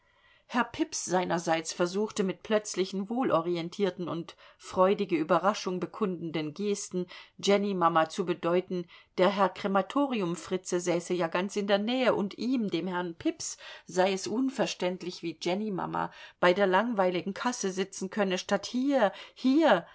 herr pips seinerseits versuchte mit plötzlichen wohlorientierten und freudige überraschung bekundenden gesten jennymama zu bedeuten der herr krematoriumfritze säße ja ganz in der nähe und ihm dem herrn pips sei es unverständlich wie jennymama bei der langweiligen kasse sitzen könne statt hier hier